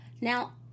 Now